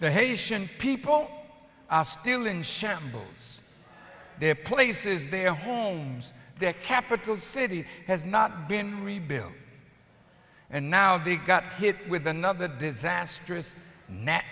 the haitian people are still in shambles their place is their homes their capital city has not been rebuilt and now they got hit with another disastrous net